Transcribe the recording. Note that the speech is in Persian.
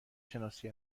شناسی